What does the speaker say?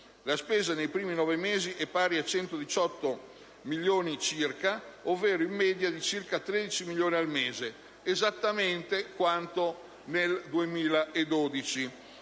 La spesa per i primi nove mesi è pari a 118 milioni circa, ovvero in media di circa 13 milioni al mese, esattamente come nel 2012.